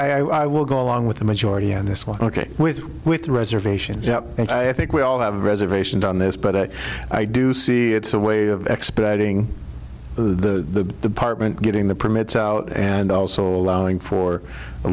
yes i will go along with the majority and this was ok with with reservations up and i think we all have reservations on this but i do see it's a way of expediting the partment getting the permits out and also allowing for a